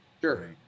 Sure